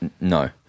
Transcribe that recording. No